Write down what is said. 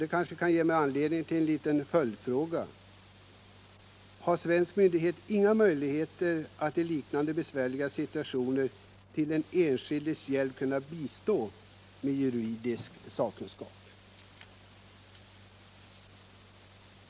Det kan ge mig anledning till en följdfråga: Har svensk myndighet ingen möjlighet att i liknande besvärliga situationer bistå den enskilde med juridisk sakkunskap?